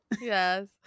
yes